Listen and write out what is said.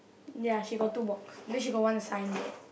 ya she got two box then she got one sign there